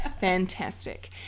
Fantastic